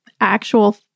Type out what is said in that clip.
actual